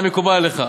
התנאי מקובל עליך?